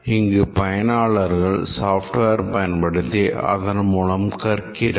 இங்கு பயனாளர் software செயல்படுத்தி அதன் மூலம் கற்கிறார்